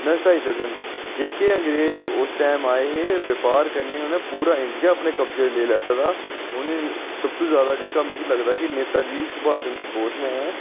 नसाई सकन जे के अंग्रेजे उस टाइम आए हे ब्यापार करने गी उ'नें पूरा इंडिया अपने कब्जे च लेई लेता दा ऐ उ'नें सब थमां ज्यादा जेह्का मीं लगदा नेता जी सुभाश चंद्र बोस ने